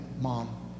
Mom